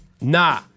Nah